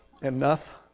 Enough